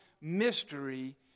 mystery